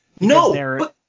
no